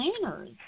planners